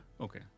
Okay